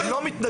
הם לא מתנגדים,